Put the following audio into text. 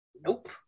Nope